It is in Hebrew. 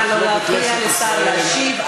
לא להפריע לשר להשיב.